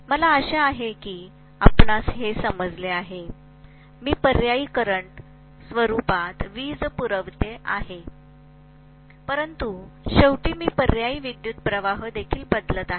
मला आशा आहे की आपणास हे समजले आहे कारण आपण पर्यायी करंट स्वरूपात वीज पुरवतो आहे परंतु शेवटी आपण पर्यायी विद्युतप्रवाह देखील बदलत आहे